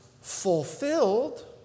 fulfilled